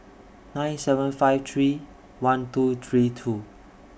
nine seven five three one two three two